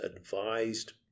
advised